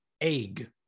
egg